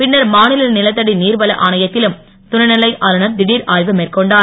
பின்னர் மாநில நிலத்தடி நீர்வள ஆணையத்திலும் துணை நிலை ஆளுநர் திடீர் ஆய்வு மேற்கொண்டார்